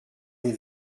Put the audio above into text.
les